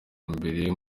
mbere